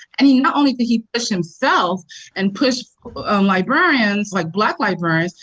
i mean not only did he push himself and push librarians, like black librarians,